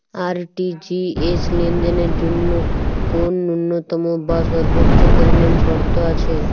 RTGS লেনদেনের জন্য কোন ন্যূনতম বা সর্বোচ্চ পরিমাণ শর্ত আছে?